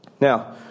Now